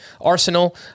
arsenal